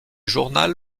journal